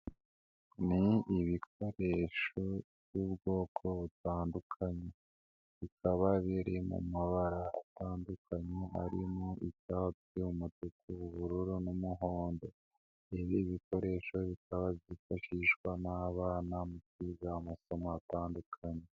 Ni ibikoresho by'ubwoko butandukanye, bikaba biri mu mabara atandukanye, harimo icyatsi, umutuku w'ubururu n'umuhondo, ibi bikoresho bikaba byifashishwa n'abana mu kwiga amasomo atandukanye.